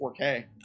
4k